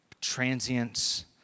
transience